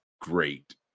great